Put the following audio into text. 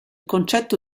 concetto